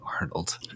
Arnold